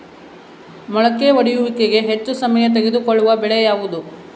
ಮೊಳಕೆ ಒಡೆಯುವಿಕೆಗೆ ಹೆಚ್ಚು ಸಮಯ ತೆಗೆದುಕೊಳ್ಳುವ ಬೆಳೆ ಯಾವುದು?